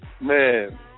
man